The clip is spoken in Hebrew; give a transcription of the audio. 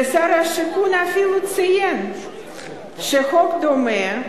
ושר השיכון אפילו ציין שחוק דומה,